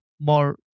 more